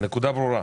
הנקודה ברורה.